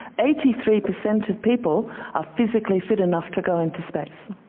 eighty three percent of people are physically fit enough to go into space.